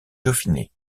dauphiné